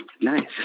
Nice